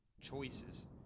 choices